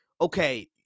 okay